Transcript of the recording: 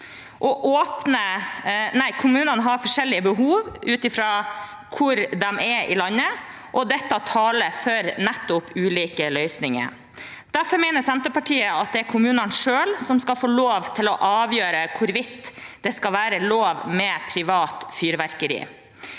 regulering. Kommunene har forskjellige behov ut fra hvor de ligger i landet, og dette taler for ulike løsninger. Derfor mener Senterpartiet at det er kommunene selv som skal få lov til å avgjøre hvorvidt det skal være lov med privat fyrverkeri.